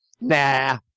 nah